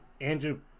Andrew